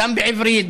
גם בעברית,